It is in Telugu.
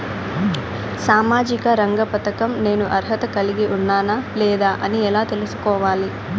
సామాజిక రంగ పథకం నేను అర్హత కలిగి ఉన్నానా లేదా అని ఎలా తెల్సుకోవాలి?